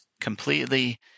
completely